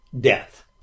death